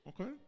Okay